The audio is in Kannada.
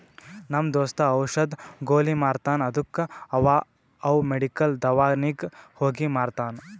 ನಮ್ ದೋಸ್ತ ಔಷದ್, ಗೊಲಿ ಮಾರ್ತಾನ್ ಅದ್ದುಕ ಅವಾ ಅವ್ ಮೆಡಿಕಲ್, ದವ್ಕಾನಿಗ್ ಹೋಗಿ ಮಾರ್ತಾನ್